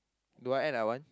do I act like one